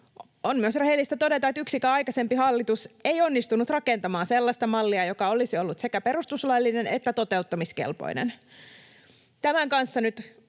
On myös rehellistä todeta, että yksikään aikaisempi hallitus ei onnistunut rakentamaan sellaista mallia, joka olisi ollut sekä perustuslaillinen että toteuttamiskelpoinen. Tämän kanssa nyt